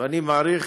ואני מעריך